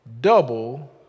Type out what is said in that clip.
double